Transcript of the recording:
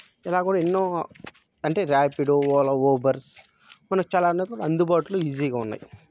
ఇలా కూడా ఎన్నో అంటే ర్యాపిడో ఓలా ఊబర్స్ మనం చాలా అనేది అందుబాటులో ఈజీగా ఉన్నాయి